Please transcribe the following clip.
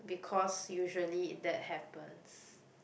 because usually if that happens